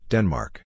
Denmark